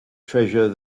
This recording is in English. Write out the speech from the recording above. treasure